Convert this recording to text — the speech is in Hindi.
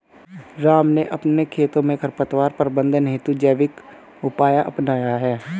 राम ने अपने खेतों में खरपतवार प्रबंधन हेतु जैविक उपाय अपनाया है